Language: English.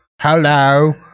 Hello